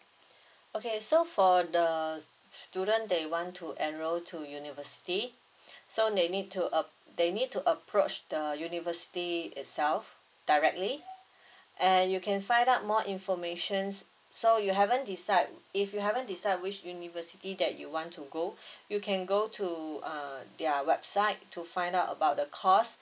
okay so for the student that want to enroll to university so they need to uh they need to approach the university itself directly and you can find out more informations so you haven't decide if you haven't decide which university that you want to go you can go to uh their website to find out about the cost